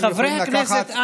חברי הכנסת,